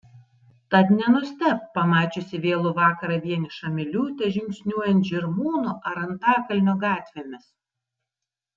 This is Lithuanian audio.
tad nenustebk pamačiusi vėlų vakarą vienišą miliūtę žingsniuojant žirmūnų ar antakalnio gatvėmis